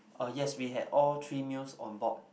uh yes we had all three meals on board